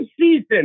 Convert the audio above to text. season